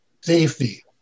Safety